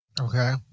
Okay